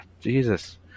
Jesus